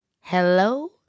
Hello